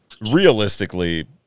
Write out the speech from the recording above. realistically